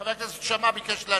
חבר הכנסת שאמה ביקש להצביע.